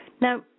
Now